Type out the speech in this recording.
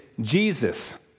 Jesus